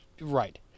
Right